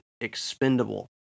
Expendable